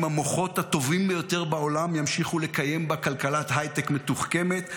המוחות הטובים ביותר בעולם ימשיכו לקיים בה כלכלת הייטק מתוחכמת.